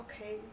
okay